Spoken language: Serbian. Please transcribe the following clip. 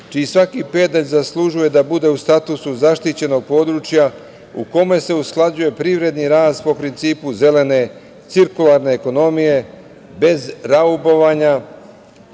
čiji svaki pedalj zaslužuje da bude u statusu zaštićenog područja u kome se usklađuje privredni rast po principu zelene cirkularne ekonomije, bez raubovanja